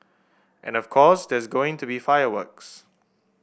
and of course there's going to be fireworks